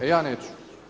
E ja neću.